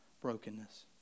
brokenness